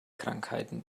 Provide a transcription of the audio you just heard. krankheiten